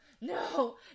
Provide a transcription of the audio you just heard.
no